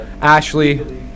Ashley